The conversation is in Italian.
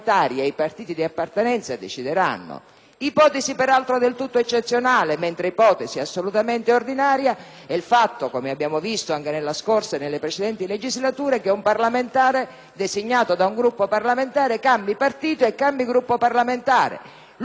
ipotesi peraltro del tutto eccezionale, mentre ipotesi assolutamente ordinaria, come abbiamo visto anche nella scorsa e nelle precedenti Legislature, è quella che un parlamentare, designato da un partito, cambi partito e Gruppo parlamentare. L'unico valore istituzionale